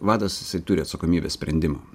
vadas jisai turi atsakomybę sprendimo